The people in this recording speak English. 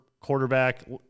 quarterback